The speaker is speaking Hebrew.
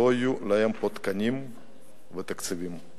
שלא יהיו להם פה תקנים או תקציבים.